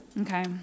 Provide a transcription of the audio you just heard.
Okay